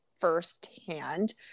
firsthand